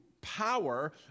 power